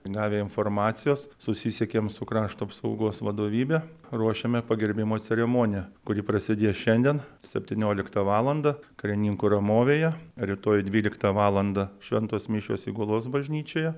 gavę informacijos susisiekėm su krašto apsaugos vadovybe ruošiame pagerbimo ceremoniją kuri prasidės šiandien septynioliktą valandą karininkų ramovėje rytoj dvyliktą valandą šventos mišios įgulos bažnyčioje